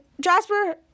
Jasper